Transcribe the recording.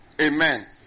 Amen